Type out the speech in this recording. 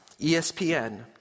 ESPN